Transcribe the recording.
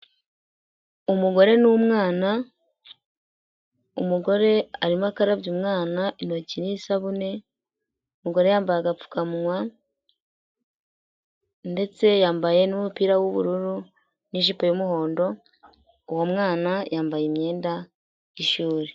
Umugore n'umwana umugore arimo akarabya umwana intoki n'isabune, umugore yambaye agapfukawa ndetse yambaye n'umupira w'ubururu n'ijipo y'umuhondo, uwo mwana yambaye imyenda y'ishuri.